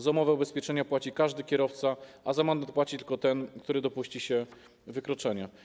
Za umowę ubezpieczenia płaci każdy kierowca, a za mandat płaci tylko ten, który dopuści się wykroczenia.